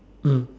mm